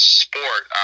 sport